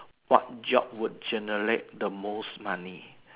what job would generate the most money